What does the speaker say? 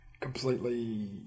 completely